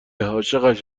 عاشقش